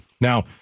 Now